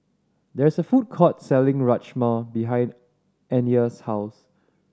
there is a food court selling Rajma behind Anya's house